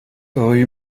rue